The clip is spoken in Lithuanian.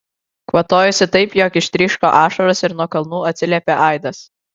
kvatojosi taip jog ištryško ašaros ir nuo kalnų atsiliepė aidas